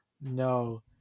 No